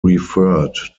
referred